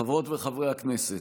חברות וחברי הכנסת,